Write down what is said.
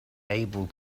able